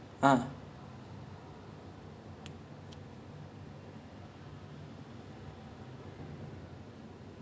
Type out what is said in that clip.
ya so like that time I was like um I'm just trying to drink lah like it because எல்லாமே என் பக்கதுல இருந்த எல்லாமே பண்ணாங்க:ellaamae en pakkathula iruntha ellaamae pannaanga lah so I would say it's a kind of peer pressure